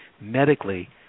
medically